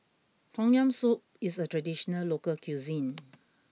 Tom Yam Soup is a traditional local cuisine